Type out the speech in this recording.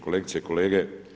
Kolegice i kolege.